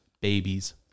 babies